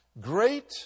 Great